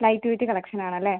light weight collection ആണ് അല്ലേ